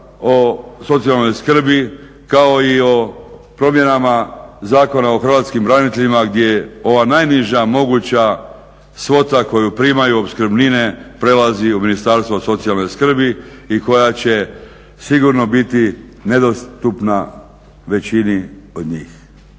o socijalnoj skrbi kao i o promjenama Zakona o hrvatskim braniteljima gdje je ova najniža moguća svota koju primaju opskrbnine prelazi u Ministarstvo socijalne skrbi i koja će sigurno biti nedostupna većini od njih.